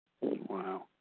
Wow